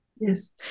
Yes